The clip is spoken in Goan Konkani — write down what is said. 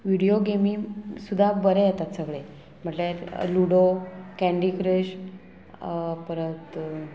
विडियो गेमी सुद्दां बरें येतात सगळे म्हटल्यार लुडो कँडी क्रश परत